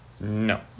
No